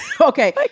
okay